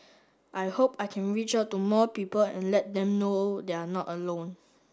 I hope I can reach out to more people and let them know they're not alone